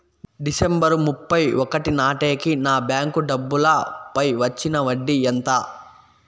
December ముప్పై ఒకటి నాటేకి నా బ్యాంకు డబ్బుల పై వచ్చిన వడ్డీ ఎంత?